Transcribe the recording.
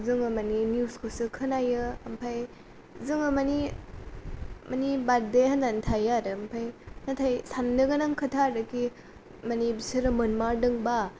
जोङो माने निउजखौसो खोनायो ओमफ्राय जोङो माने बाद दे होननानै थायो आरो ओमफ्राय नाथाय साननो गोनां खोथा आरोखि माने बेसोरो मोनमारदोंबा